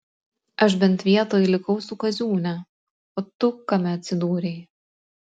aš bent vietoj likau su kaziūne o tu kame atsidūrei